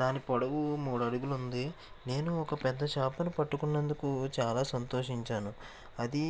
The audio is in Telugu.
దాని పొడవు మూడు అడుగులు ఉంది నేను ఒక పెద్ద చేపను పట్టుకున్నందుకు చాలా సంతోషించాను అది